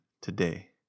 today